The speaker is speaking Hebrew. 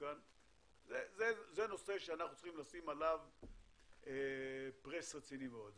זה נושא שאנחנו צריכים לשים עליו לחץ רציני מאוד.